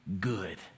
good